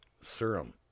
serum